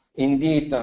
indeed,